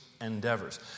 endeavors